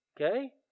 Okay